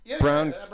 brown